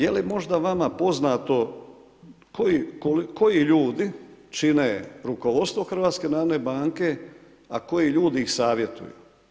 Je li možda vama poznato koji ljudi čine rukovodstvo HNB, a koji ljudi ih savjetuju?